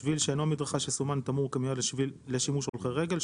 שביל שאינו מדרכה שסומן בתמרור כמיועד לשימוש הולכי רגל,